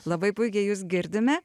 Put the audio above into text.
labai puikiai jus girdime